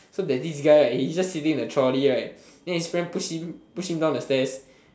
so there's this guy right he just sitting in the trolley right then his friend push him push him down the stairs